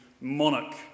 monarch